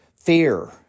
fear